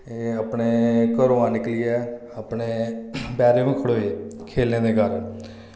ते अपने घरोआं निकलियै अपने पैरें पर खड़ोए खेलने दे कारण